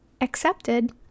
accepted